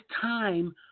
time